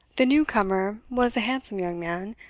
the new comer was a handsome young man,